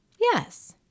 Yes